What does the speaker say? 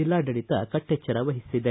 ಜಿಲ್ಲಾಡಳಿತ ಕಟ್ಟೆಚ್ಚರ ವಹಿಸಿದೆ